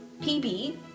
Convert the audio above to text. PB